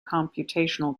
computational